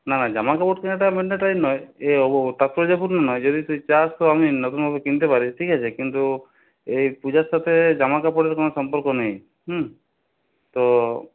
না না জামাকাপড় কেনাটা ম্যান্ডেটারি নয় তাৎপর্যপূর্ণ নয় যদি তুই চাস তো আমি নতুন ভাবে কিনতে পারি ঠিক আছে কিন্তু এই পুজার সাথে জামাকাপড়ের কোন সম্পর্ক নেই হ্যাঁ তো